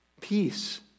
peace